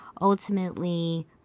ultimately